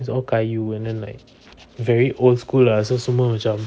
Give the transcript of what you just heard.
it's all kayu and then like very old school lah semua macam